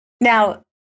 Now